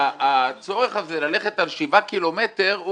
הצורך הזה ללכת על שבעה קילומטרים,